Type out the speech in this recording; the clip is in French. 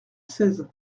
seize